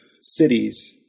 cities